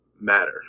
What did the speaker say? matter